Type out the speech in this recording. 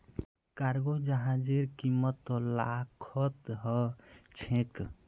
cargo जहाजेर कीमत त लाखत ह छेक